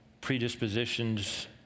predispositions